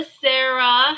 Sarah